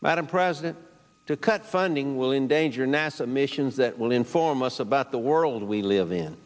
madam president to cut funding will endanger nasa missions that will inform us about the world we live in